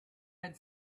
had